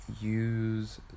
use